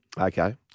Okay